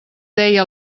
deia